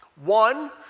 One